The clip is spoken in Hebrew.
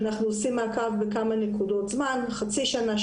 אנחנו עושים מעקב בכמה נקודות זמן: חצי שנה,